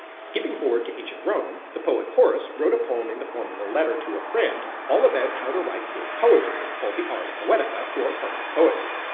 skipping forward to ancient rome, the poet horace wrote a poem in the form of a letter to a friend all about how to write good poetry, called the ars poetica or art of poetry.